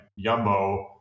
Yumbo